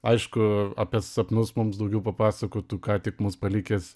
aišku apie sapnus mums daugiau papasakotų ką tik mus palikęs